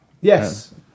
Yes